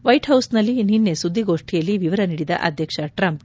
ವೈಟ್ಹೌಸ್ನಲ್ಲಿ ನಿನ್ನೆ ಸುದ್ದಿಗೋಷ್ಠಿಯಲ್ಲಿ ವಿವರ ನೀಡಿದ ಅಧ್ಯಕ್ಷ ಟ್ರಂಪ್